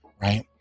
right